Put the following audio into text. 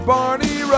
Barney